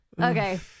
okay